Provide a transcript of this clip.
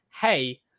hey